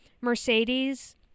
mercedes